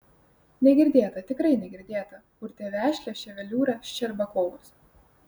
negirdėta tikrai negirdėta purtė vešlią ševeliūrą ščerbakovas